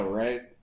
right